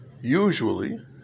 usually